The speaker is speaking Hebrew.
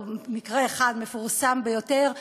ומקרה אחד מפורסם ביותר,